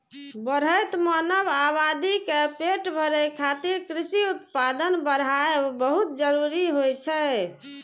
बढ़ैत मानव आबादी के पेट भरै खातिर कृषि उत्पादन बढ़ाएब बहुत जरूरी होइ छै